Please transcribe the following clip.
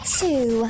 two